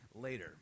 later